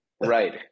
right